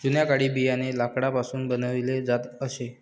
जुन्या काळी बियाणे लाकडापासून बनवले जात असे